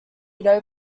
edo